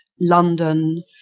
London